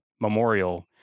memorial